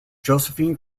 josephine